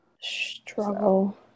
Struggle